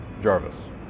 Jarvis